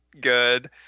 good